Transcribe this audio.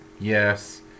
Yes